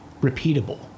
repeatable